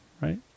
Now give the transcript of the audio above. right